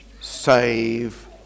save